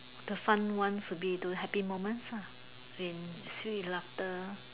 the fun ones would be the happy moments lah in sweet laughter